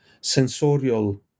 sensorial